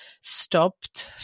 stopped